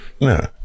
no